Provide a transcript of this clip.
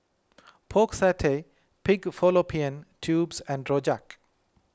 Pork Satay Pig Fallopian Tubes and Rojak